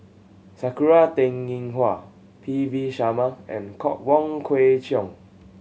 Sakura Teng Ying Hua P V Sharma and Wong Kwei Cheong